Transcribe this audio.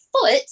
foot